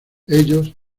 ellos